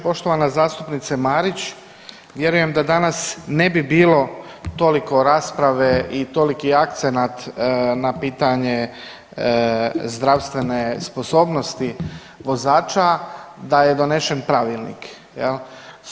Poštovana zastupnice Marić, vjerujem da danas ne bi bilo toliko rasprave i toliki akcenat na pitanje zdravstvene sposobnosti vozača da je donesen pravilnik jel.